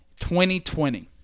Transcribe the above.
2020